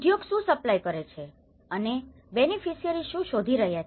ઉદ્યોગ શું સપ્લાય કરે છે અને બેનીફીસીઅરી શું શોધી રહ્યા છે